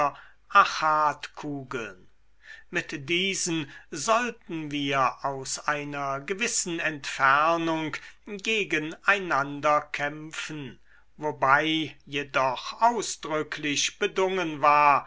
achatkugeln mit diesen sollten wir aus einer gewissen entfernung gegen einander kämpfen wobei jedoch ausdrücklich bedungen war